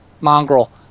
mongrel